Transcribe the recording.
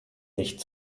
nicht